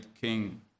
king